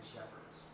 shepherds